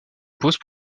pose